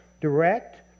direct